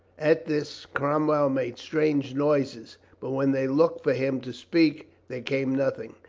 at this cromwell made strange noises, but when they looked for him to speak there came nothing.